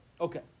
Okay